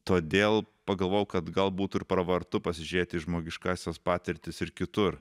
todėl pagalvojau kad gal būtų ir pravartu pasižiūrėti į žmogiškąsias patirtis ir kitur